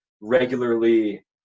regularly